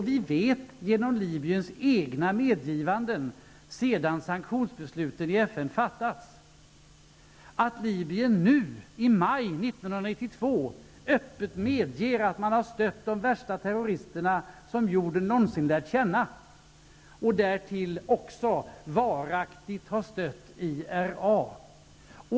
Vi vet genom Libyens egna medgivanden sedan sanktionsbesluten i FN fattats, att Libyen nu i maj 1992 öppet medger att man har stött de värsta terroristerna som jorden någonsin lärt känna. Därtill har man också varaktigt stött IRA.